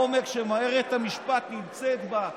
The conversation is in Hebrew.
תבינו את העומק שמערכת המשפט נמצאת בו.